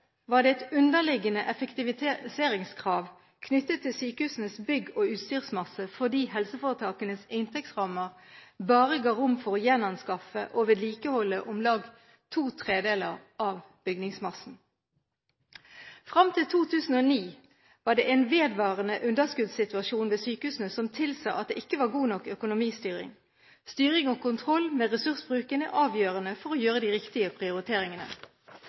var det et underliggende effektiviseringskrav knyttet til sykehusenes bygg- og utstyrsmasse fordi helseforetakenes inntektsrammer bare ga rom for å gjenanskaffe og vedlikeholde om lag to tredeler av bygningsmassen. Fram til 2009 var det en vedvarende underskuddssituasjon ved sykehusene som tilsa at det ikke var god nok økonomistyring. Styring og kontroll med ressursbruken er avgjørende for å kunne gjøre de riktige prioriteringene.